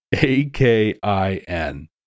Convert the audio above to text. A-K-I-N